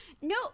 no